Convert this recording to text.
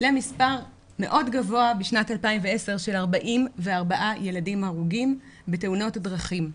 למספר מאוד גבוה בשנת 2010 של 44 ילדים הרוגים בתאונות דרכים.